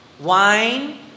Wine